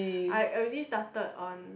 I I already started on